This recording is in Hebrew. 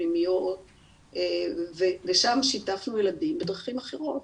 פנימיות ושם שיתפנו ילדים בדרכים אחרות.